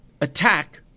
attack